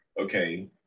Okay